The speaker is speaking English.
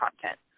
content